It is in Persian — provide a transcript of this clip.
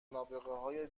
نابغههای